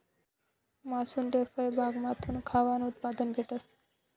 मानूसले फयबागमाथून खावानं उत्पादन भेटस